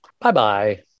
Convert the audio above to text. Bye-bye